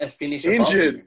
Injured